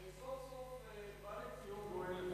וסוף-סוף בא לציון גואל,